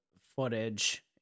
footage